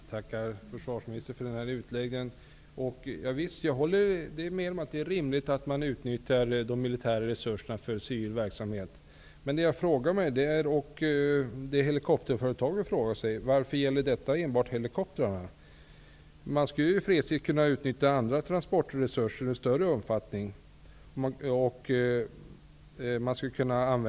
Fru talman! Jag tackar försvarsministern för denna utläggning. Jag håller med om att det är rimligt att man utnyttjar de militära resurserna för civil verksamhet. Men det jag frågar mig och det helikopterföretagen frågar sig är varför det enbart gäller helikopterverksamheten. Man skulle i fredstid kunna utnyttja andra transportresurser i större omfattning. Lastbilar och grävskopor etc.